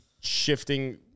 shifting